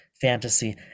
fantasy